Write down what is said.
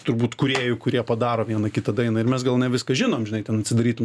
turbūt kūrėjų kurie padaro vieną kitą dainą ir mes gal ne viską žinom žinai ten atsidarytum